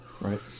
Right